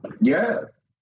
Yes